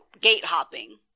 gate-hopping